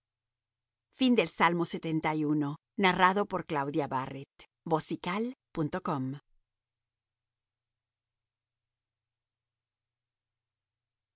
salmo de david